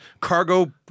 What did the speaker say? cargo